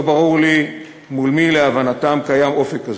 לא ברור לי מול מי להבנתם קיים אופק כזה,